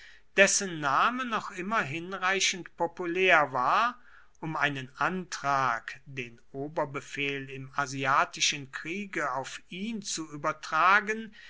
dessen name noch immer hinreichend populär war um einen antrag den oberbefehl im asiatischen kriege auf ihn zu übertragen